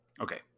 Okay